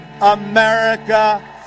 America